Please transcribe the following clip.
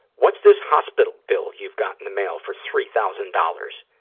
what's this hospital bill you've got in the mail for three thousand dollars?